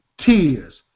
tears